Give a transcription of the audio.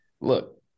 look